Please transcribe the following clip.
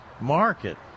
market